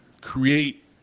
create